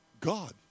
God